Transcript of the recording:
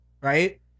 right